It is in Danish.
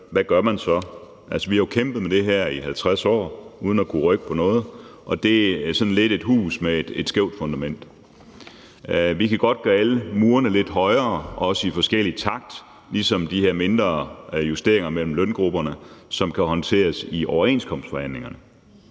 så gør. Altså, vi har jo kæmpet med det her i 50 år uden at kunne rykke på noget, og det er sådan lidt et hus med et skævt fundament. Vi kan godt gøre alle murene lidt højere, også i forskellig takt, ligesom de her mindre justeringer mellem løngrupperne, som kan håndteres i overenskomstforhandlingerne.